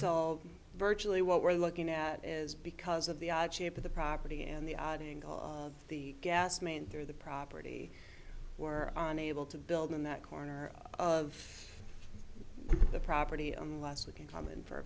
so virtually what we're looking at is because of the odd shape of the property and the adding the gas main through the property we're on able to build in that corner of the property unless we can come in for